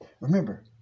Remember